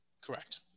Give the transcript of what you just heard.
Correct